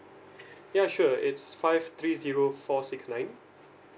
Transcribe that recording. yeah sure it's five three zero four six nine